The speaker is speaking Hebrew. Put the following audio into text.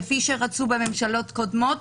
כפי שרצו בממשלות קודמות,